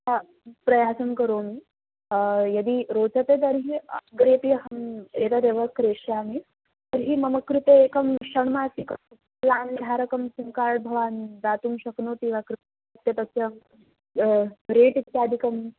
हा प्रयासं करोमि यदि रोचते तर्हि अग्रेऽपि अहम् एतदेव क्रेष्यामि तर्हि मम कृते एकं षण्मासिक प्लान् विहारकं सिं कार्ड् भवान् दातुं शक्नोति वा कृपया त्य तस्य रेट् इत्यादिकं